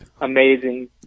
amazing